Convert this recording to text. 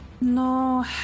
No